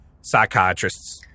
psychiatrists